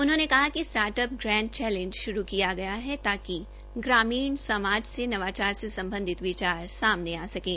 उनहोंने कहा कि स्टार्टअप ग्राउंड चैलेंज शुरू किया गया है ताकि ग्रामीण समाज से नवाचार से सम्बधित विचार सामने आ सकें